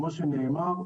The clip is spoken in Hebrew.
כמו שנאמר,